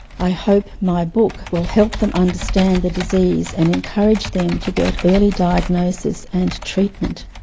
i hope my book, will help them understand the disease and encourage them to get early diagnosis and treatment.